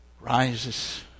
rises